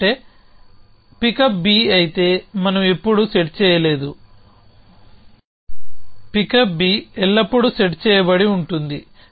ఎందుకంటే pickup B అయితే మనం ఎప్పుడు సెట్ చేయలేదు పికప్ B ఎల్లప్పుడూ సెట్ చేయబడి ఉంటుంది